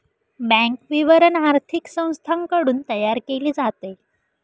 bank विवरण आर्थिक संस्थांकडून तयार केले जाते